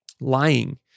lying